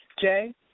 Jay